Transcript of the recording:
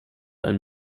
ein